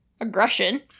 aggression